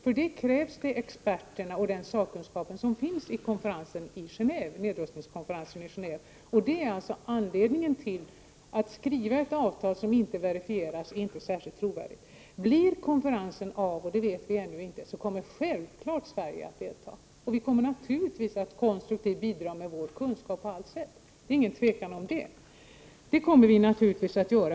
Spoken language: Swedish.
För det krävs de experter och den sakkunskap som finns i nedrustningskonferensen i Geneve. Det är anledningen till det svenska handlandet. Att skriva ett avtal som inte verifieras är inte särskilt trovärdigt. Om konferensen blir av — det vet vi ännu inte —, kommer Sverige självfallet att delta. Naturligtvis kommer vi också att konstruktivt bidra med vår kunskap på alla sätt. Därom råder inget tvivel.